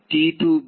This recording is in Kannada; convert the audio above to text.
ವಿದ್ಯಾರ್ಥಿT t b